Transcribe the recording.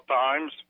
times